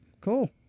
cool